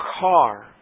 car